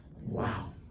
wow